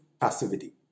passivity